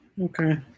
Okay